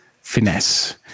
finesse